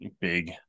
big